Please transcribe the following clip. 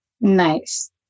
Nice